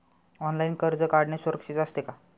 Online कर्ज काढणे सुरक्षित असते का?